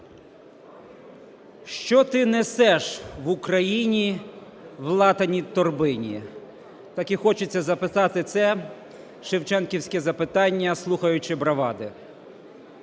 "Що ти несеш в Україну в латаній торбині?" Так і хочеться запитати це шевченківське запитання, слухаючи бравади.